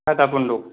आदा बन्द'ग